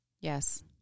Yes